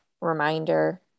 reminder